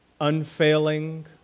unfailing